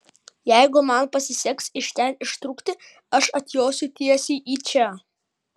jeigu man pasiseks iš ten ištrūkti aš atjosiu tiesiai į čia